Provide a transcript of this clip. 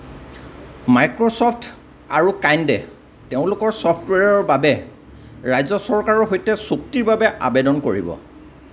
Microsoft আৰু কাইণ্ডে তেওঁলোকৰ ছফ্টৱেৰৰ বাবে ৰাজ্য চৰকাৰৰ সৈতে চুক্তিৰ বাবে আবেদন কৰিব